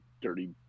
dirty